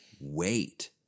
Wait